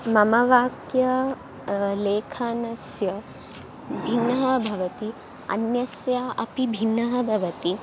मम वाक्य लेखनस्य भिन्नः भवति अन्यस्य अपि भिन्नः भवति